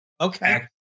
Okay